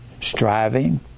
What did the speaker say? striving